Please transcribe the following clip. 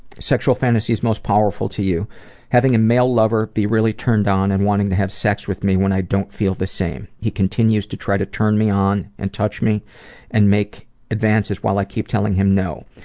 sexual fantasy most powerful to you having a male lover really turned on and wanting to have sex with me when i don't feel the same. he continues to try to turn me on and touch me and make advances while i keep telling him no.